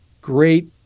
great